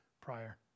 prior